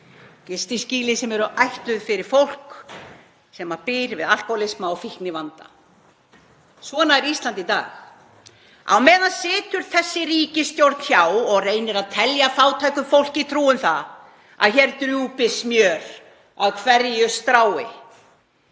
Gistiskýli sem eru ætluð fyrir fólk sem býr við alkóhólisma og fíknivanda. Svona er Ísland í dag. Á meðan situr þessi ríkisstjórn hjá og reynir að telja fátæku fólki trú um það að hér drjúpi smjör af hverju strái.